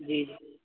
جی جی